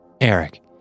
Eric